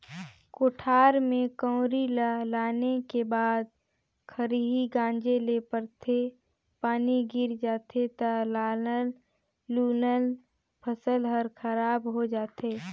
कोठार में कंवरी ल लाने के बाद खरही गांजे ले परथे, पानी गिर जाथे त लानल लुनल फसल हर खराब हो जाथे